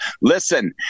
Listen